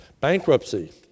Bankruptcy